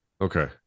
Okay